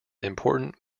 important